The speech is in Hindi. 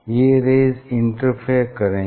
ये रेज़ इंटरफेयर करेंगी